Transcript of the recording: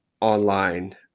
online